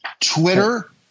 Twitter